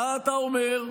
מה אתה אומר?